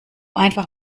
einfach